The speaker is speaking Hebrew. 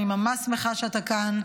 אני ממש שמחה שאתה כאן,